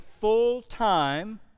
full-time